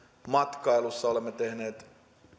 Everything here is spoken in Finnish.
matkailussa olemme tehneet